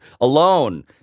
alone